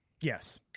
Yes